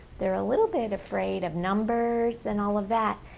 they're a little bit afraid of numbers and all of that.